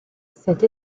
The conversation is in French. cette